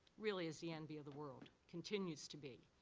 really is the envy of the world, continues to be.